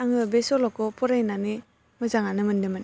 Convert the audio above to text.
आङो बे सल'खौ फरायनानै मोजाङानो मोनदोंमोन